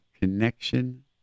Connection